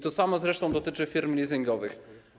To samo zresztą dotyczy firm leasingowych.